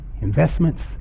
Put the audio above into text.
investments